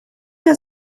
der